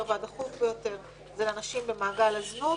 והדחוף ביותר הוא לנשים במעגל הזנות.